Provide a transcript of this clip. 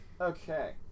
Okay